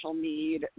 need